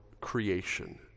creation